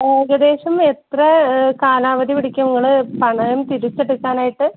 ഏകദേശം എത്ര കാലാവധി പിടിക്കും നിങ്ങൾ പണയം തിരിച്ചെടുക്കാനായിട്ട്